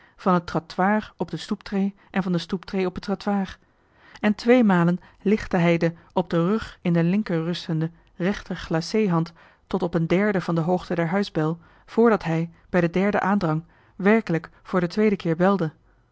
van het trottoir op de stoeptree en van de stoeptree op het trottoir en twee malen lichtte hij de op den rug in de linker rustende rechter glacé hand tot op een derde van de hoogte der huisbel voordat hij bij den derden aandrang werkelijk voor den tweeden keer belde